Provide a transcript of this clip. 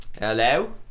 Hello